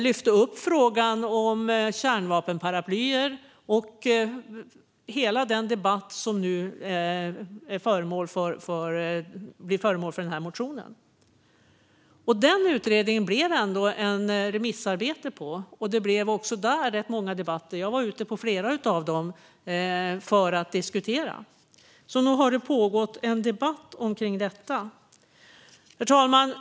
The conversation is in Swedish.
Man tog upp frågan om kärnvapenparaplyer och hela den debatt som den här motionen nu har föranlett. Den utredningen blev det ett remissarbete på, och också där blev det rätt många debatter. Jag var ute på flera ställen för att diskutera. Nog har det pågått en debatt om detta. Herr talman!